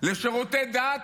לשירותי דת